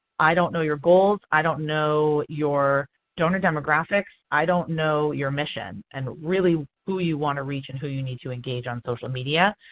i don't know your goals. i don't know your donor demographics. i don't know your mission and really who you want to reach and who you need to engage on social media.